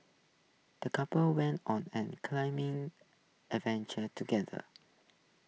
the couple went on an claiming adventure together